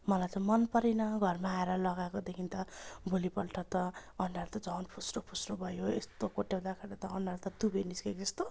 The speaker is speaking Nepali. मलाई त मनपरेन घरमा आएर लगाएकोदेखि त भोलिपल्ट त अनुहार त झन् फुस्रोफुस्रो भयो यस्तो कोट्याउँदाखेरि त अनुहार त दुबे निस्किएको जस्तो